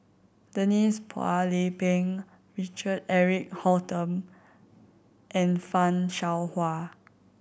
Denise Phua Lay Peng Richard Eric Holttum and Fan Shao Hua